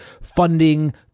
funding